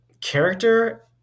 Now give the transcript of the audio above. character